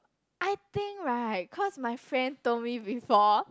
I think right cause my friend told me before